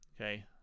Okay